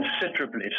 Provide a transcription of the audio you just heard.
considerably